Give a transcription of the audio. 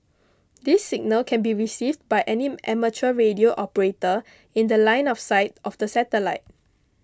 this signal can be received by any amateur radio operator in The Line of sight of the satellite